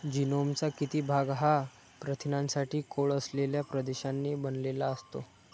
जीनोमचा किती भाग हा प्रथिनांसाठी कोड असलेल्या प्रदेशांनी बनलेला असतो?